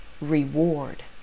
reward